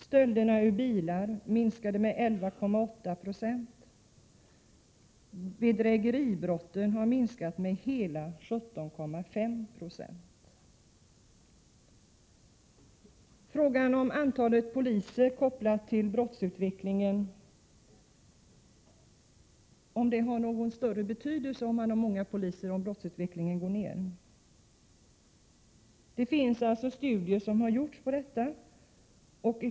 Stölderna ur bilar minskade med 11,8 96. Bedrägeribrotten har minskat med hela 17,5 96. Frågan är emellertid om antalet brott minskar om man har många poliser. Det har gjorts studier om detta.